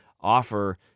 offer